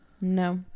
No